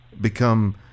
become